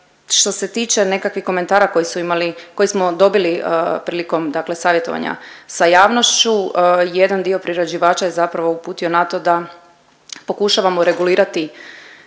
što se tiče nekakvih komentara koji su imali, koje smo dobili prilikom dakle savjetovanja sa javnošću, jedan dio priređivača je zapravo uputio na to da pokušavamo regulirati